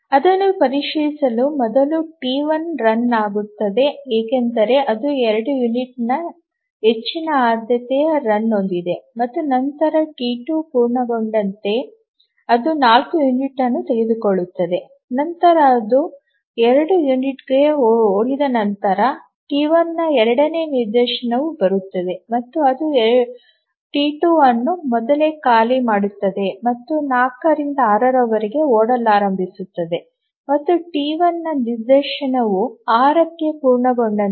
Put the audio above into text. ಅದನ್ನು ಪರಿಶೀಲಿಸಲು ಮೊದಲ ಟಿ 1 ರನ್ ಆಗುತ್ತದೆ ಏಕೆಂದರೆ ಅದು 2 ಯುನಿಟ್ಗಳಿಗೆ ಹೆಚ್ಚಿನ ಆದ್ಯತೆಯ ರನ್ ಹೊಂದಿದೆ ಮತ್ತು ನಂತರ ಟಿ 2 ಪೂರ್ಣಗೊಂಡಂತೆ ಅದು 4 ಯೂನಿಟ್ಗಳನ್ನು ತೆಗೆದುಕೊಳ್ಳುತ್ತದೆ ಆದರೆ ನಂತರ ಅದು 2 ಯೂನಿಟ್ಗಳಿಗೆ ಓಡಿದ ನಂತರ ಟಿ 1 ನ ಎರಡನೇ ನಿದರ್ಶನವು ಬರುತ್ತದೆ ಮತ್ತು ಅದು T2 ಅನ್ನು ಮೊದಲೇ ಖಾಲಿ ಮಾಡುತ್ತದೆ ಮತ್ತು 4 ರಿಂದ 6 ರವರೆಗೆ ಓಡಲಾರಂಭಿಸುತ್ತದೆ ಮತ್ತು T1 ನ ನಿದರ್ಶನವು 6 ಕ್ಕೆ ಪೂರ್ಣಗೊಂಡಂತೆ